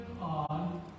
on